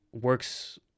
works